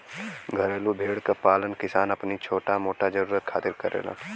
घरेलू भेड़ क पालन किसान अपनी छोटा मोटा जरुरत खातिर करेलन